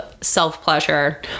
self-pleasure